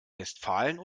westfalen